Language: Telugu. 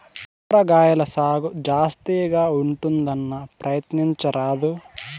కూరగాయల సాగు జాస్తిగా ఉంటుందన్నా, ప్రయత్నించరాదూ